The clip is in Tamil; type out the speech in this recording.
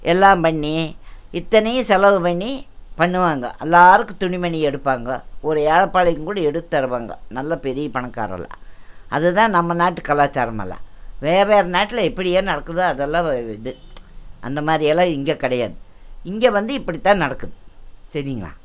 எல்லாம் பண்ணி இத்தனையும் செலவு பண்ணி பண்ணுவாங்கோ எல்லாருக்கும் துணிமணி எடுப்பாங்க ஒரு ஏழைபாழைக்குங்கூட எடுத்து தருவாங்க நல்லா பெரிய பணக்காரெல்லாம் அதுதான் நம்ம நாட்டு கலாச்சாரமெல்லாம் வேறே நாட்டில் எப்படியோ நடக்குதோ அதெல்லாம் ஓ இது அந்த மாதிரியெல்லாம் இங்கே கிடையாது இங்கே வந்து இப்படி தான் நடக்குது சரிங்களா